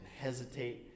hesitate